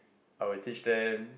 I will teach them